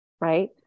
Right